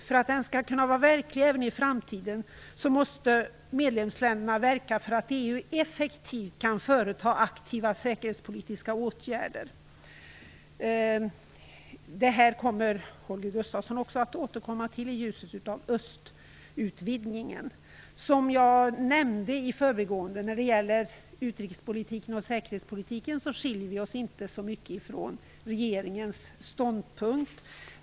För att freden skall kunna vara verklig även i framtiden måste medlemsländerna verka för att EU effektivt skall kunna vidta aktiva säkerhetspolitiska åtgärder. Holger Gustafsson kommer att återkomma till detta, i ljuset av östutvidgningen. Som jag nämnde i förbigående skiljer sig vår ståndpunkt i utrikes och säkerhetspolitiken inte så mycket från regeringens.